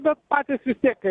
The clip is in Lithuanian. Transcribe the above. bet patys vis tiek